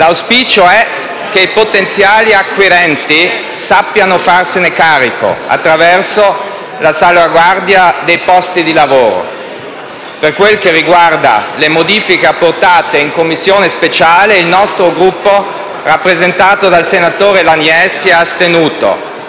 L'auspicio è che i potenziali acquirenti sappiano farsene carico attraverso la salvaguardia dei posti di lavoro. Per quel che riguarda le modifiche apportate in Commissione speciale, il nostro Gruppo, rappresentato dal senatore Laniece, si è astenuto.